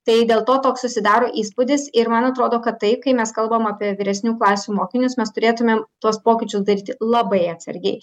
tai dėl to toks susidaro įspūdis ir man atrodo kad tai kai mes kalbam apie vyresnių klasių mokinius mes turėtumėm tuos pokyčius daryti labai atsargiai